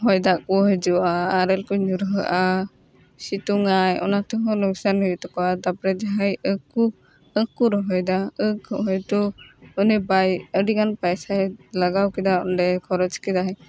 ᱦᱚᱭ ᱫᱟᱜ ᱠᱚ ᱦᱤᱡᱩᱜᱼᱟ ᱟᱨᱮᱞ ᱠᱚ ᱧᱩᱨᱦᱟᱹᱜᱼᱟ ᱥᱤᱛᱩᱝ ᱟᱭ ᱚᱱᱟ ᱛᱮᱦᱚᱸ ᱞᱚᱠᱥᱟᱱ ᱦᱩᱭᱩᱜ ᱛᱟᱠᱚᱣᱟ ᱛᱟᱯᱚᱨᱮ ᱡᱟᱦᱟᱭ ᱟᱸᱠ ᱠᱚ ᱟᱸᱠ ᱠᱚ ᱨᱚᱦᱚᱭᱮᱫᱟ ᱟᱸᱠ ᱦᱳᱭᱛᱳ ᱚᱱᱮ ᱵᱟᱭ ᱟᱹᱰᱤ ᱜᱟᱱ ᱯᱚᱭᱥᱟᱭ ᱞᱟᱜᱟᱣ ᱠᱮᱫᱟ ᱚᱸᱰᱮ ᱠᱷᱚᱨᱚᱡ ᱠᱮᱫᱟᱭ